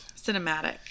cinematic